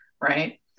Right